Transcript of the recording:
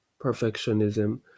perfectionism